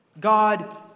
God